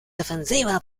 defensiva